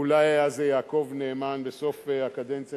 אולי היה זה יעקב נאמן בסוף הקדנציה